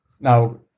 Now